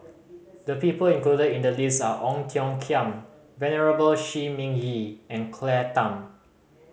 the people included in the list are Ong Tiong Khiam Venerable Shi Ming Yi and Claire Tham